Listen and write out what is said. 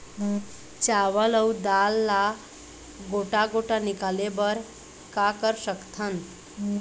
चावल अऊ दाल ला गोटा गोटा निकाले बर का कर सकथन?